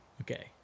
Okay